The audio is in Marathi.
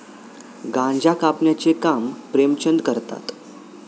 गांजा कापण्याचे काम प्रेमचंद करतात